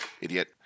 Idiot